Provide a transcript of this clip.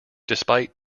despite